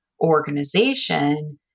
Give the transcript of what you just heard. organization